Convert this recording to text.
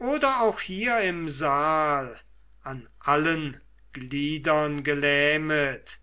oder auch hier im saal an allen gliedern gelähmet